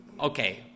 okay